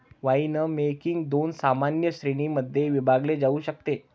winemaking दोन सामान्य श्रेणीं मध्ये विभागले जाऊ शकते